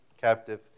captive